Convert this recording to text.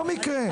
לא מקרה.